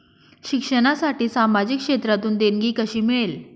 शिक्षणासाठी सामाजिक क्षेत्रातून देणगी कशी मिळेल?